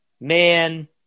man